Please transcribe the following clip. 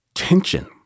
Tension